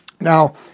Now